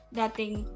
dating